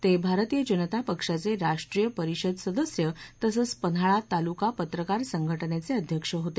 ते भारतीय जनता पक्षाचे राष्ट्रीय परिषद सदस्य तसेच पन्हाळा तालुका पत्रकार संघटनेचे अध्यक्ष होते